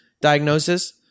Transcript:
diagnosis